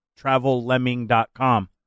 TravelLemming.com